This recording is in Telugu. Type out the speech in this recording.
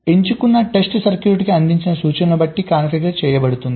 ఎంచుకున్న టెస్ట్ సర్క్యూట్రీకి అందించిన సూచనలను బట్టి కాన్ఫిగర్ చేయబడుతుంది